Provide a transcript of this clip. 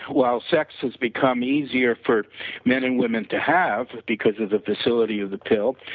while sex has become easier for men and women to have, because of the facility of the pill,